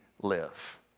live